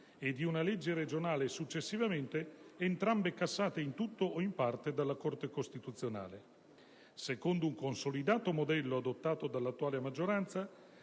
e di una legge regionale successivamente, entrambe cassate in tutto o in parte dalla Corte Costituzionale. Secondo un consolidato modello adottato dalla attuale maggioranza,